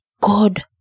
God